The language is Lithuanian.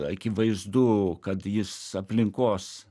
akivaizdu kad jis aplinkos